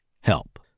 help